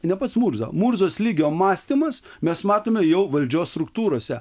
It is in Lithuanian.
ne pats murza murzos lygio mąstymas mes matome jau valdžios struktūrose